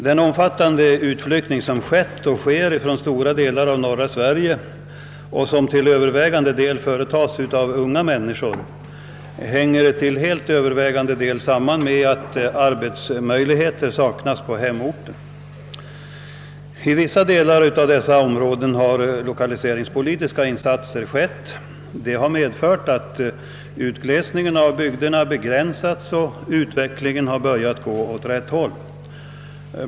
Den omfattande utflyttning som skett och sker från stora delar av norra Sverige och som i största utsträckning företas av unga människor hänger väsentligen samman med att arbetsmöjligheter saknas på hemorten. I vissa delar av dessa områden har lokaliseringspolitiska insatser gjorts. Det har medfört att utslesningen av bygderna begränsats och utvecklingen börjar gå åt rätt håll.